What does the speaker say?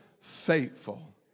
faithful